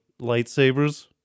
lightsabers